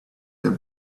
that